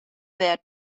there